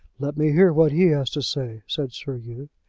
let me hear what he has to say, said sir hugh.